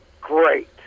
great